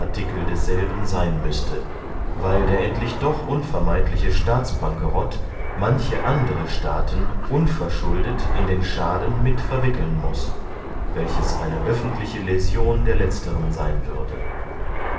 desselben seyn müßte weil der endlich doch unvermeidliche staatsbankerott manche andere staaten unverschuldet in den schaden mit verwickeln muß welches eine öffentliche läsion der letzteren seyn würde